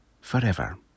forever